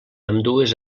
ambdues